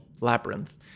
labyrinth